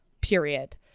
period